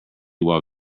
while